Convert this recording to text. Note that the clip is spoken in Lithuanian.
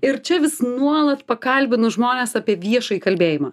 ir čia vis nuolat pakalbinu žmones apie viešąjį kalbėjimą